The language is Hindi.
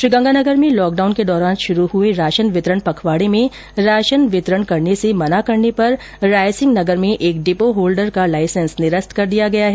श्रीगंगानगर में लॉक डाउन के दौरान शुरू हुए राशन वितरण पखवाड़े में राशन वितरण करने से मना करने करने पर रायसिंहनगर में एक डिपो होल्डर का लाइसेंस निरस्त कर दिया गया है